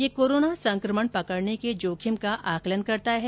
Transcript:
यह कोरोना संकमण पकड़ने के जोखिम का आकलन करता है